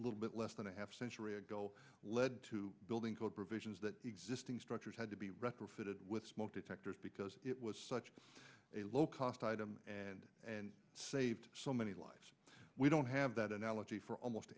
little bit less than a half century ago led to building code provisions that existing structures had to be retrofitted with smoke detectors because it was such a low cost item and and saved so many lives we don't have that analogy for almost